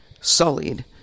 sullied